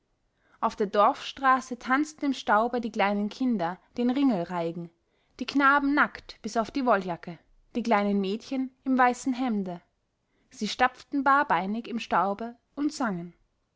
auf der dorfstraße tanzten im staube die kleinen kinder den ringelreigen die knaben nackt bis auf die wolljacke die kleinen mädchen im weißen hemde sie stapften barbeinig im staube und sangen